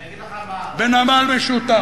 אני אגיד לך מה, בנמל משותף,